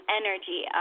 energy